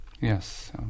Yes